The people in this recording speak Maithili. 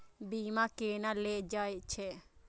बीमा केना ले जाए छे?